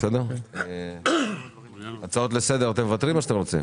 אתם מוותרים על הצעות לסדר?